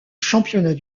championnat